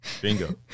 Bingo